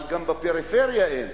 אבל גם בפריפריה אין.